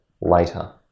later